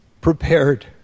Prepared